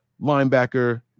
Linebacker